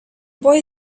boy